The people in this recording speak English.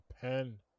pen